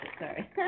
Sorry